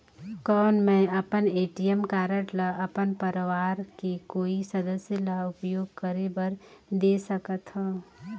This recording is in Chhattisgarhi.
कौन मैं अपन ए.टी.एम कारड ल अपन परवार के कोई सदस्य ल उपयोग करे बर दे सकथव?